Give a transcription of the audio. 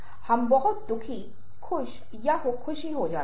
हम मुस्कुराहट का उदाहरण लेते हैं